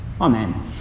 Amen